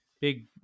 big